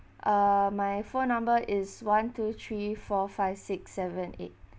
uh my phone number is one two three four five six seven eight